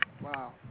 Wow